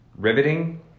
Riveting